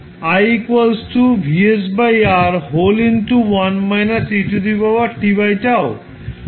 সময় t 0 তে এটা হবে